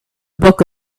book